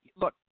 Look